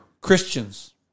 Christians